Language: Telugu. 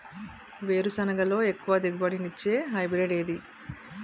వేరుసెనగ లో ఎక్కువ దిగుబడి నీ ఇచ్చే హైబ్రిడ్ ఏది?